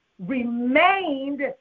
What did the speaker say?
remained